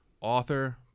author